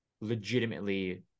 legitimately